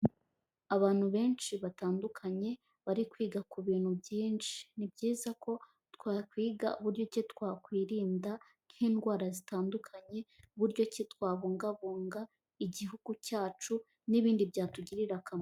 Abantu benshi batandukanye bari kwiga ku bintu byinshi, ni byiza ko twakwiga uburyo ki twakwirinda nk'indwara zitandukanye buryo ki twabungabunga Igihugu cyacu n'ibindi byatugirira akamaro.